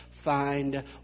find